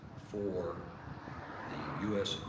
for the u s.